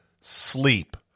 sleep